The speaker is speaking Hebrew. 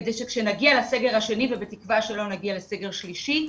כדי שכשנגיע לסגר השני ובתקווה שלא נגיע לסגר שלישי,